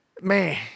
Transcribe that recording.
Man